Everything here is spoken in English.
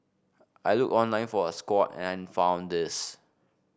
I looked online for a squat and found this